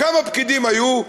כמה פקידים היו.